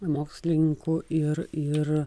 mokslininkų ir ir